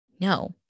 no